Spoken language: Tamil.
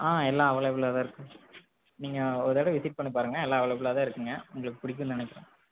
எல்லாம் அவைலபிளா தான் இருக்கும் நீங்கள் ஒரு தடவை விசிட் பண்ணிப் பாருங்கள் எல்லாம் அவைலபிளா தான் இருக்கும்ங்க உங்களுக்கு பிடிக்குனு நினைக்கிறேன்